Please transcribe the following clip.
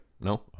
No